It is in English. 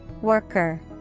Worker